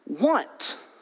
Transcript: want